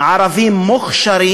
ערבים מוכשרים.